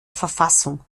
verfassung